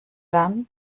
dann